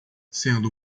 sendo